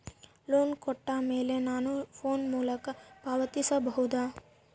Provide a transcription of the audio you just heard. Loan ಕೊಟ್ಟ ಮೇಲೆ ನಾನು ಫೋನ್ ಮೂಲಕ ಪಾವತಿಸಬಹುದಾ?